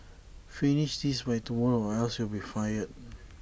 finish this by tomorrow or else you'll be fired